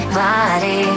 body